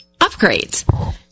upgrades